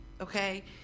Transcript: okay